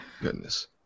Goodness